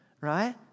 right